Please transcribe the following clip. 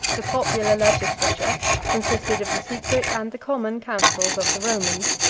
the popular legislature consisted of the secret and the common councils of the romans.